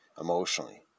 Emotionally